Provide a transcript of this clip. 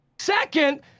Second